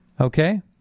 Okay